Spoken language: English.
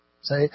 Say